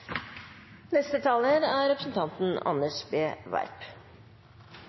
Første taler er representanten Anders B. Werp,